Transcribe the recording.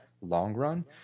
long-run